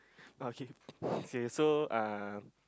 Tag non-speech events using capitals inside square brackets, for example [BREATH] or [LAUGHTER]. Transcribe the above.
ah okay [BREATH] okay so uh